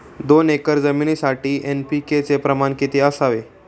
दोन एकर जमिनीसाठी एन.पी.के चे प्रमाण किती असावे?